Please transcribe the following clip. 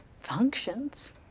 functions